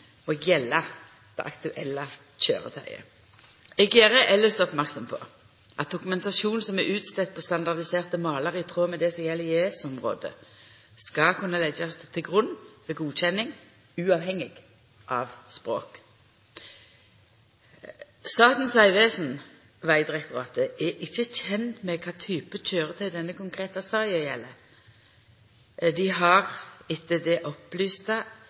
det aktuelle køyretøyet. Eg gjer elles merksam på at dokumentasjon som er send ut på standardiserte malar i tråd med det som gjeld i EØS-området, skal kunna leggjast til grunn ved godkjenning – uavhengig av språk. Statens vegvesen Vegdirektoratet er ikkje kjend med kva type køyretøy denne konkrete saka gjeld. Dei har, etter det